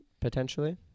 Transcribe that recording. potentially